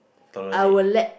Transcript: I will let